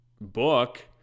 book